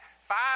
Five